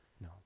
No